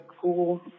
cool